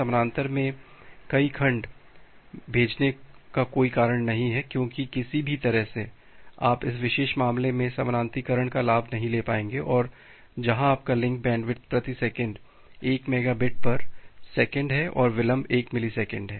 समानांतर में कई खंड भेजने का कोई कारण नहीं है क्योंकि किसी भी तरह से आप इस विशेष मामले में समानांतरीकरण का लाभ नहीं ले पाएंगे जहां आपका लिंक बैंडविड्थ प्रति सेकंड 1 मेगा बिट पर सेकंड है और विलंब 1 मिलीसेकंड है